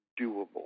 doable